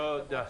תודה.